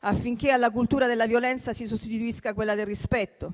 affinché alla cultura della violenza si sostituisca quella del rispetto